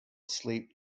sleep